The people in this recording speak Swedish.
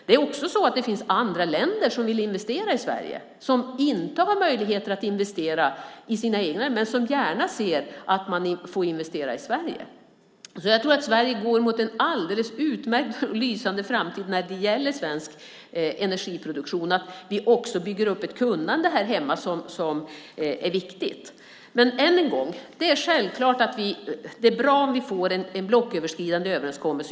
Dessutom finns det andra länder som vill investera i Sverige, sådana som inte har möjligheter att investera i sina egna länder men som gärna ser att de får investera i Sverige. Jag tror därför att Sverige går mot en alldeles lysande framtid när det gäller svensk energiproduktion. Det är även viktigt att vi bygger upp ett kunnande här hemma. Än en gång: Det är bra om vi får en blocköverskridande överenskommelse.